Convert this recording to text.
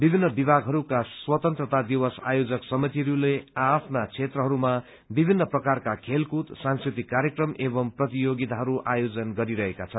विभिन्न विभागहरूका स्वतन्त्रता दिवस आयोजक समितिहरूले आ आफ्ना क्षेत्रहरूमा विभिन्न प्रकारका खेलकूद सांस्कृतिक कार्यक्रम एवं प्रतियोगिताहरू आयोजन गरी रहेका छन्